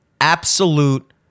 absolute